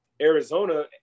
Arizona